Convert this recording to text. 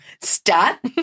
Stat